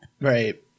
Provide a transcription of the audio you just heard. Right